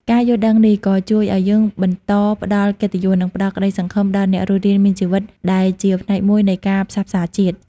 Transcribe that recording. ការយល់ដឹងនេះក៏ជួយឲ្យយើងបន្តផ្តល់កិត្តិយស និងផ្តល់ក្ដីសង្ឃឹមដល់អ្នករស់រានមានជីវិត ដែលជាផ្នែកមួយនៃការផ្សះផ្សាជាតិ។